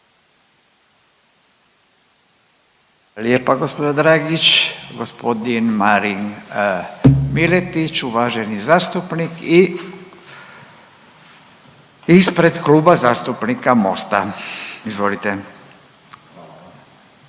lijepa gospođo Dragić. Gospodin Marin Miletić, uvaženi zastupnik i ispred Kluba zastupnika Mosta. Izvolite.